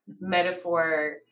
metaphor